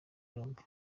yombi